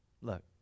Look